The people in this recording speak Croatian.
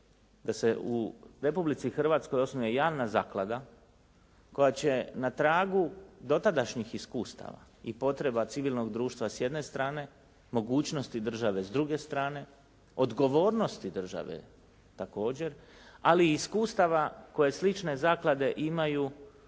da se u Republici Hrvatskoj osnuje javna zaklada koja će na tragu dotadašnjih iskustava i potreba civilnog društva s jedne strane, mogućnosti države s druge strane, odgovornosti države također ali i iskustava koje slične zaklade imaju